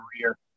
career